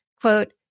quote